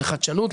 לחדשנות,